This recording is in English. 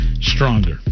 stronger